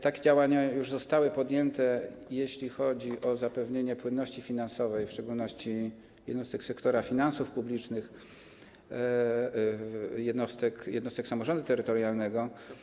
Takie działania już zostały podjęte, jeśli chodzi o zapewnienie płynności finansowej, w szczególności jednostek sektora finansów publicznych, jednostek samorządu terytorialnego.